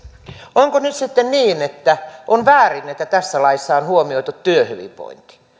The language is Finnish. onko nyt sitten niin että on väärin että tässä laissa on huomioitu työhyvinvointi